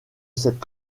cette